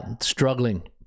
struggling